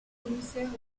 commissaires